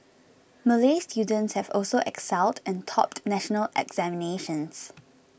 Malay students have also excelled and topped national examinations